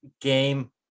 game